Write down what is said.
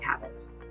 habits